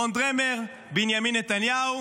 רון דרמר, בנימין נתניהו,